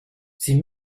sie